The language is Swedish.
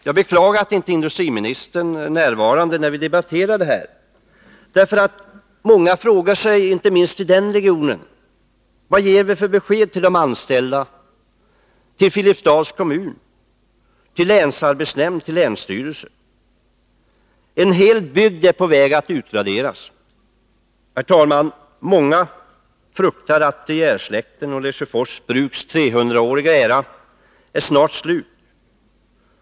Jag beklagar att industriministern inte är närvarande när vi debatterar dessa betänkanden, därför att många frågar sig, inte minst i den regionen: Vad ger vi för besked till de anställda, till Filipstads kommun, till länsarbetsnämnd och länsstyrelse? En hel bygd är på väg att utraderas. Herr talman! Många fruktar att släkten De Geers och Lesjöfors Bruks trehundraåriga era snart är slut.